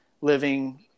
living